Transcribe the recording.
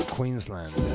Queensland